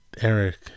Eric